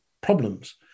problems